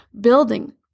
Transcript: building